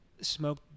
smoke